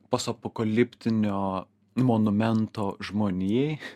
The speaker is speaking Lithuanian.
posapokaliptinio monumento žmonijai